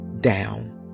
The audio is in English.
down